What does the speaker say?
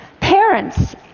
Parents